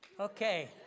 Okay